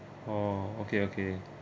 oh okay okay